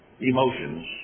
emotions